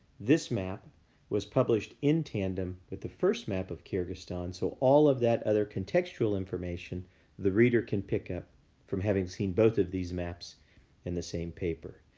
this map was published in tandem with the first map of kyrgyzstan. so, all of that other contextual information the reader can pick up from having seen both of these maps in the same paper.